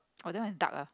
oh that one is duck uh